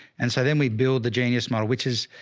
and so then we build the genius model, which is,